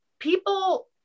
People